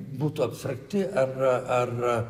būtų abstrakti ar ar